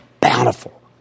bountiful